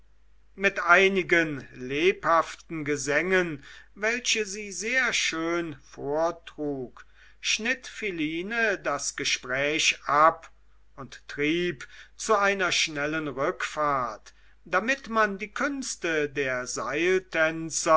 mit einigen lebhaften gesängen welche sie sehr schön vortrug schnitt philine das gespräch ab und trieb zu einer schnellen rückfahrt damit man die künste der